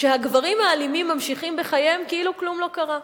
כשהגברים האלימים ממשיכים בחייהם כאילו כלום לא קרה.